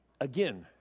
Again